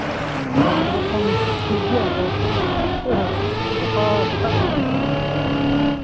ᱦᱳᱭ ᱛᱚᱵᱮᱠᱷᱟᱱ ᱴᱷᱤᱠᱜᱮᱭᱟ ᱟᱫᱚ ᱜᱟᱯᱟ ᱥᱮᱛᱟᱜᱨᱮ ᱦᱟᱜᱞᱤᱧ ᱥᱮᱱᱚᱜᱼᱟ ᱛᱚᱵᱮ